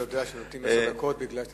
אדוני לא יודע שנותנים עשר דקות כי אתה